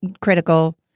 critical